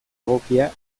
egokia